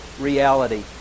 reality